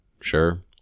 Sure